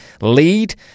Lead